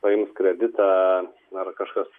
paims kreditą ar kažkas